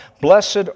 Blessed